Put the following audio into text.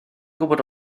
gwybod